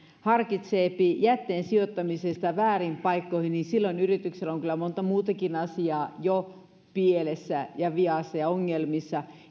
harkitseepi jätteen sijoittamista vääriin paikkoihin yrityksellä on kyllä monta muutakin asiaa jo pielessä ja vialla ja ongelmissa